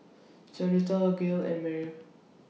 Jaunita Gail and Mary